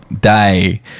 Day